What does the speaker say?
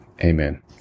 Amen